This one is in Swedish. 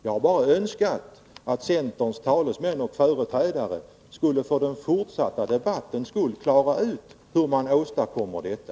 Jag har bett centerns företrädare att för den fortsatta debattens skull klara ut hur man åstadkommer detta.